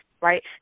right